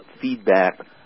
feedback